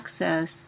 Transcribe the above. access